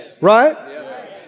Right